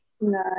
No